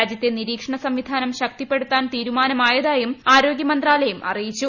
രാജ്യത്തെ നിരീക്ഷണ സംവിധാനം ശക്തിപ്പെടുത്താൻ തീരുമാനമായതായും ആരോഗ്യമന്ത്രാലയം അറിയിച്ചു